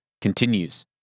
Continues